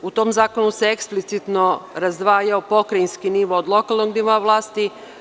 U tom zakonu se eksplicitno razdvajao pokrajinski nivo od lokalnog nivoa vlasti.